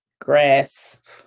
grasp